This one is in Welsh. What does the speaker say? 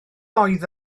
oedd